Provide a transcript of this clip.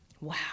Wow